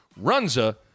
Runza